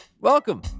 Welcome